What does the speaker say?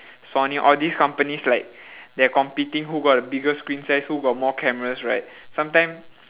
sony all these companies like they're competing who got the bigger screen size who got more cameras right sometimes